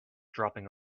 dropping